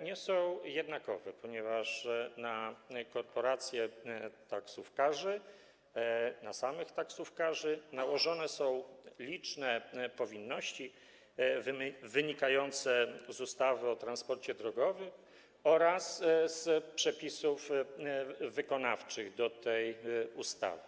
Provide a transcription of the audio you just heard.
nie są jednakowe, ponieważ na korporacje taksówkarzy, na samych taksówkarzy nałożone są liczne powinności wynikające z ustawy o transporcie drogowym oraz z przepisów wykonawczych do tej ustawy.